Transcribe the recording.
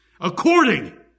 According